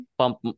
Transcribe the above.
pump